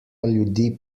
ljudi